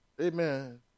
amen